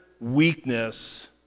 weakness